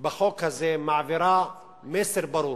בחוק הזה, מעבירה מסר ברור,